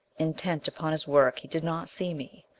intent upon his work, he did not see me.